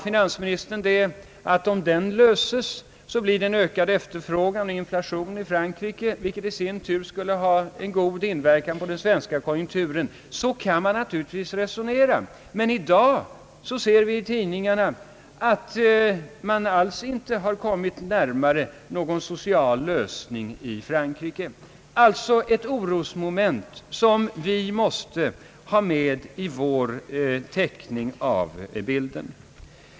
Finansministern sade, att om den löses blir det en ökad varuefterfrågan och inflation i Frankrike, vilket i sin tur skulle ha en god inverkan på den svenska konjunkturen. Så kan man naturligtvis resonera. Men i dag ser vi i tidningarna att man inte alls har kommit närmare någon social Ang. den ekonomiska politiken, m.m. lösning i Frankrike. Det är alltså ett orosmoment som vi måste ha med i vår teckning av bilden.